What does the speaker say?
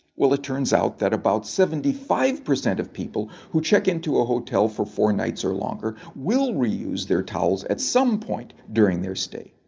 it turns out that about seventy five percent of people who check into a hotel for four nights or longer will reuse their towels at some point during their stay.